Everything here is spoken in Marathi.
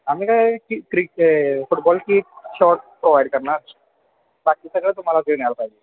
आम्ही काय की क्रिक फुटबॉल की शॉर्ट प्रोव्हाइड करणार बाकी सगळं तुम्हाला घेऊन यायला पाहिजे